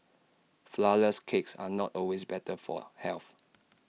Flourless Cakes are not always better for health